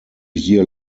year